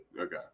Okay